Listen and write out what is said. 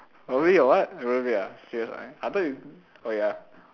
probably your what rollerblade ah serious man I thought you oh ya